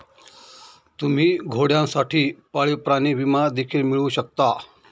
तुम्ही घोड्यांसाठी पाळीव प्राणी विमा देखील मिळवू शकता